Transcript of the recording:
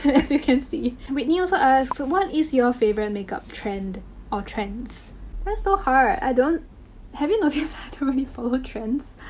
and as you can see. whitney also asks what is your favorite makeup trend or trends? that's so hard. i don't have you know ah you follow trends?